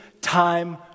time